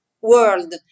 world